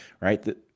right